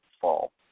fall